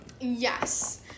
Yes